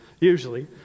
usually